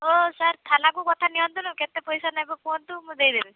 ଓ sir ଥାନାକୁ କଥା ନିଅନ୍ତୁନି କେତେ ପଇସା ନେବେ କୁହନ୍ତୁ ମୁଁ ଦେଇଦେବି